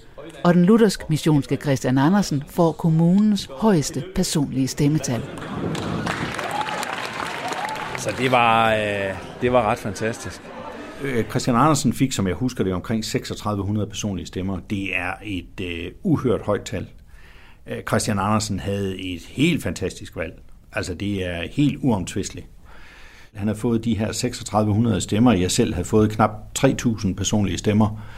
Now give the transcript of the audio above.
Og den luthersk missionske Christian Andersen får kommunens højeste personlige stemmetal. Så det var, øh, det var ret fantastisk. Øh, Christian Andersen fik, som jeg husker det, omkring 3600 personlige stemmer. Det er et, øh, uhørt højt tal. Øh, Christian Andersen havde et helt fantastisk valg. Altså, det er helt uomtvisteligt. Han har fået de her 3600 stemmer. Jeg selv havde fået knap 3000 personlige stemmer.